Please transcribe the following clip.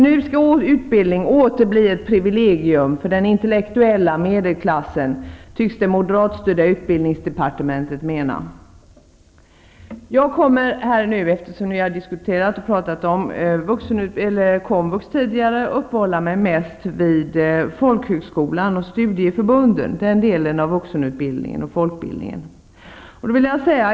Nu skall utbildning åter bli ett privilegium för den intellektuella medelklassen, tycks det moderatstyrda utbildningsdepartementet mena. Eftersom det tidigare har talats om komvux kommer jag att uppehålla mig mest vid folkhögskolornas och studieförbundens del av vuxenutbildningen och folkbildningen.